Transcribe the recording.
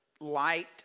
light